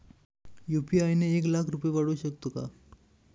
UPI ने एक लाख रुपये पाठवू शकतो का?